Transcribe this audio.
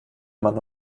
man